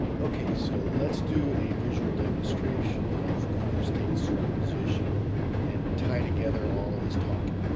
okay, so let's do a visual demonstration of quantum state superposition and tie together all of this talking.